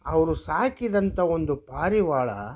ಅವರು ಸಾಕಿದಂತ ಒಂದು ಪಾರಿವಾಳ